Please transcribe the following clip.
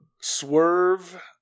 Swerve